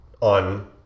on